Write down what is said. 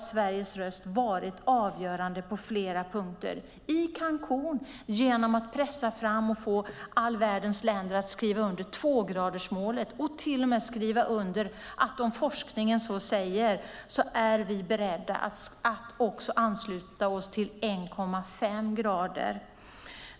Sveriges röst har varit avgörande på flera punkter i Cancún genom att pressa fram och få all världens länder att skriva under tvågradersmålet och till och med att skriva under att vi, om forskningen så säger, är beredda att ansluta oss till 1,5 grader.